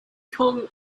kong